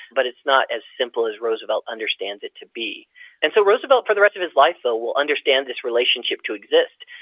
but it's not as simple as roosevelt understands it to be and so roosevelt, for the rest of his life though will understand this relationship to exist.